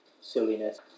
silliness